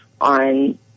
on